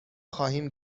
خواهیم